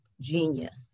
genius